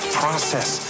process